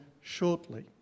shortly